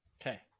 Okay